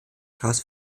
klaus